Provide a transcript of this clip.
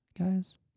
guys